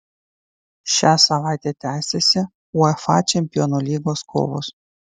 šią savaitę tęsiasi uefa čempionų lygos kovos